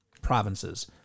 provinces